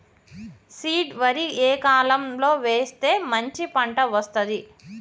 Seed వరి ఏ కాలం లో వేస్తే మంచి పంట వస్తది?